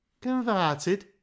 Converted